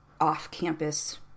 off-campus